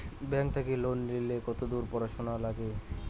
Bank থাকি loan নিলে কতদূর পড়াশুনা নাগে?